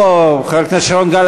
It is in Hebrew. חבר הכנסת שרון גל,